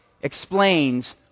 explains